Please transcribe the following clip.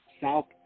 South